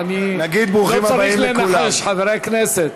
לא צריך לנחש, חברי הכנסת.